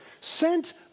sent